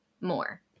more